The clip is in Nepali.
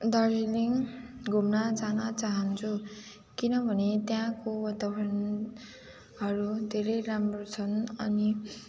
दार्जिलिङ घुम्न जान चाहन्छु किनभने त्यहाँको वातावरणहरू धेरै राम्रो छन् अनि